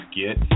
get